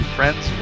Friends